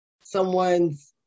someone's